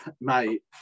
Mate